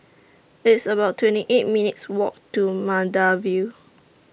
It's about twenty eight minutes' Walk to Maida Vale